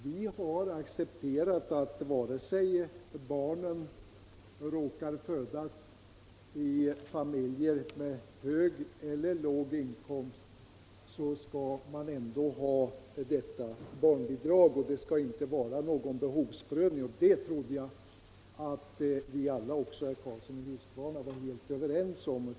Vi har accepterat att barn, vare sig de råkat födas i familjer med hög eller låg inkomst, ändå skall få detta barnbidrag. Någon behovsprövning skall inte ske. Det trodde jag att vi alla — även herr Karlsson — var överens om.